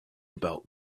about